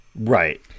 Right